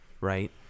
right